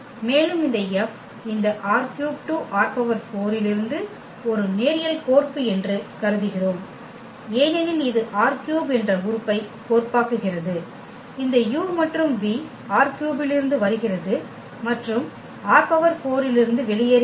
மேலும் இந்த F இந்த ℝ3 → ℝ4 இலிருந்து ஒரு நேரியல் கோர்ப்பு என்று கருதுகிறோம் ஏனெனில் இது ℝ3 என்ற உறுப்பை கோர்ப்பாக்குகிறது இந்த u மற்றும் v ℝ3 இலிருந்து வருகிறது மற்றும் ℝ4 இல் இருந்து வெளியேறுகிறது